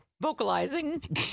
Vocalizing